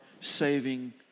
saving